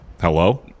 Hello